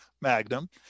Magnum